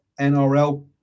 NRL